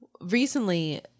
recently